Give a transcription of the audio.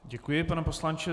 Děkuji, pane poslanče.